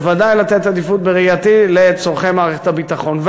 בוודאי לתת עדיפות בראייתי לצורכי מערכת הביטחון.